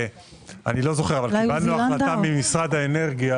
קיבלנו החלטה ממשרד האנרגיה